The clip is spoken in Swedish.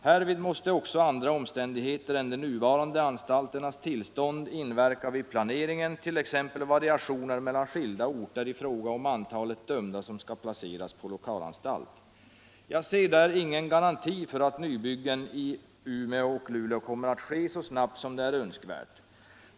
Härvid måste också andra omständigheter än de nuvarande anstalternas tillstånd inverka vid planeringen, t.ex. variationer mellan skilda orter i fråga om antalet dömda som skall placeras på lokalanstalt.” Jag ser i det uttalandet ingen garanti för att nybyggen i Umeå och i Luleå kommer att ske så snabbt som det är önskvärt.